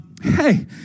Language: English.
Hey